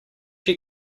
you